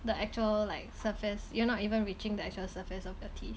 the actual like surface you're not even reaching the actual surface of your teeth